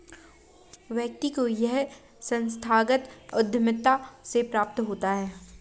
व्यक्ति को यह संस्थागत उद्धमिता से प्राप्त होता है